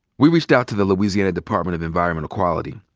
we reached out to the louisiana department of environmental quality.